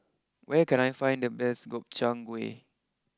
where can I find the best Gobchang Gui